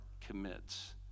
commits